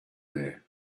there